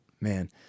Man